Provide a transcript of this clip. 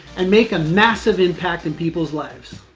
and make a massive impact in people's lives.